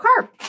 carb